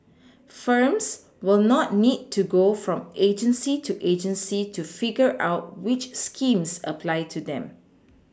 firms will not need to go from agency to agency to figure out which schemes apply to them